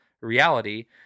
reality